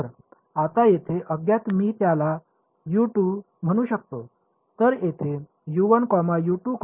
तर आता येथे अज्ञात मी त्याला म्हणू शकतो